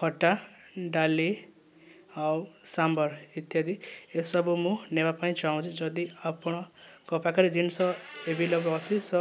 ଖଟା ଡ଼ାଲି ଆଉ ସାମ୍ବର୍ ଇତ୍ୟାଦି ଏସବୁ ମୁଁ ନେବା ପାଇଁ ଚାହୁଁଛି ଯଦି ଆପଣଙ୍କ ପାଖରେ ଜିନିଷ ଏଭେଲେବଲ୍ ଅଛି ସୋ